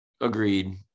Agreed